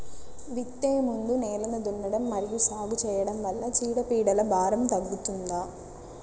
విత్తే ముందు నేలను దున్నడం మరియు సాగు చేయడం వల్ల చీడపీడల భారం తగ్గుతుందా?